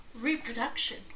Reproduction